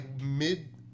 mid